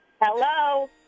Hello